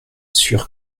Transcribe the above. sûr